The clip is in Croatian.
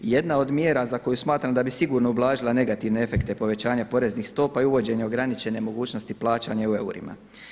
Jedna od mjera za koju smatram da bi sigurno ublažila negativne efekte povećanja poreznih stopa je uvođenje ograničene mogućnosti plaćanja u eurima.